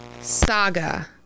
saga